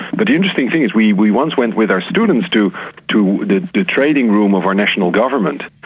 but the interesting thing is we we once went with our students to to the the trading room of our national government,